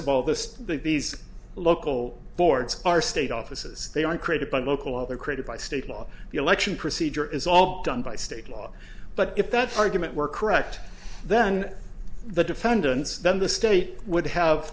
of all this these local boards are state offices they are created by local are created by state law the election procedure is all done by state law but if that argument were correct then the defendants then the state would have